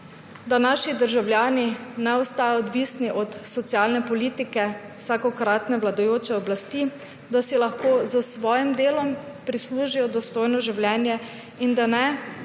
da naši državljani ne ostajajo odvisni od socialne politike vsakokratne vladajoče oblasti, da si lahko s svojim delom prislužijo dostojno življenje, in ne,